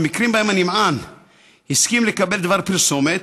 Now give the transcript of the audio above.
במקרים שבהם הנמען הסכים לקבל דבר פרסומת,